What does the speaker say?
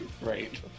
Right